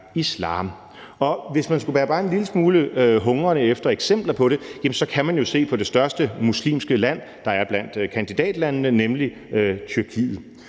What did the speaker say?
værdier. Hvis man skulle være bare en lille smule hungrende efter eksempler på det, kan man jo se på det største muslimske land, der er blandt kandidatlandene, nemlig Tyrkiet.